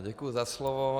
Děkuji za slovo.